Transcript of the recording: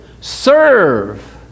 Serve